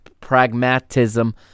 Pragmatism